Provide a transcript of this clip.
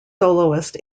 soloist